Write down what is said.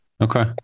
Okay